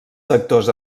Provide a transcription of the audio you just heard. sectors